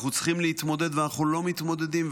אנחנו צריכים להתמודד, ואנחנו לא מתמודדים.